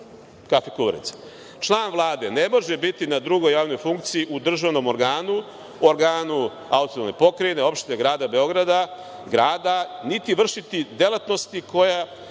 kafe kuvarice. Član Vlade ne može biti na drugoj javnoj funkciji u državnom organu, organu autonomne pokrajine, opštine, Grada Beograda, grada, niti vršiti delatnost koja